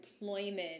employment